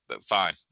fine